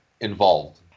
involved